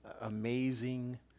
amazing